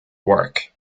work